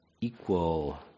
equal